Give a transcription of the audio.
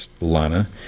Lana